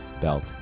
Belt